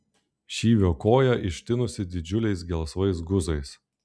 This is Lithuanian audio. šyvio koja ištinusi didžiuliais gelsvais guzais